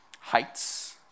heights